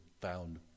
found